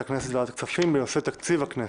הכנסת ולוועדת הכספים בנושא תקציב הכנסת.